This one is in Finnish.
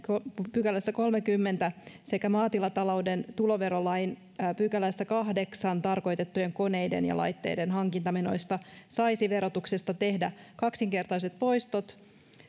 pykälässä sekä maatilatalouden tuloverolain kahdeksannessa pykälässä tarkoitettujen koneiden ja laitteiden hankintamenoista saisi verotuksessa tehdä kaksinkertaiset poistot